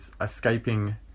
Escaping